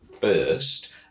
first